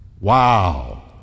Wow